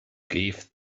gave